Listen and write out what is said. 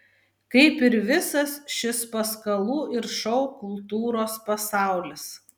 kaip ir visas šis paskalų ir šou kultūros pasaulis